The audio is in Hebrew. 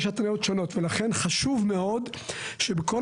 יש התניות שונות ולכן חשוב מאוד שבכל